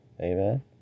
amen